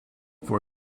for